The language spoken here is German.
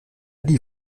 die